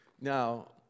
Now